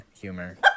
humor